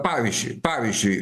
pavyzdžiui pavyzdžiui